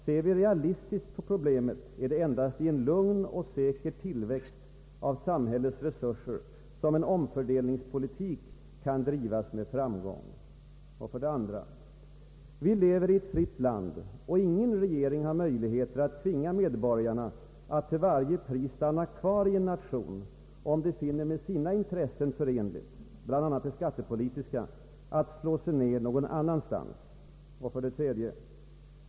Ser vi realistiskt på problemet är det endast i en lugn och säker tillväxt av samhällets resurser som en omfördelningspolitik kan drivas med framgång.” 2. ”Vi lever i ett fritt land och ingen regering har möjligheter att tvinga medborgarna att till varje pris stanna kvar i en nation om de finner med sina intressen förenligt, bl.a. de skattepolitiska, att slå sig ner någon annanstans.” 3.